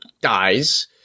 dies